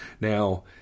Now